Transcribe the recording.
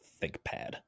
ThinkPad